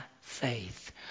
faith